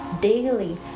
daily